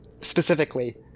specifically